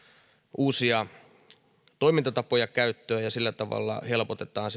uusia toimintatapoja käyttöön ja sillä tavalla helpotetaan